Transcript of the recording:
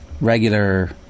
regular